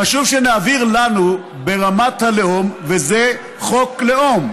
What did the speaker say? חשוב שנבהיר לנו ברמת הלאום, וזה חוק לאום,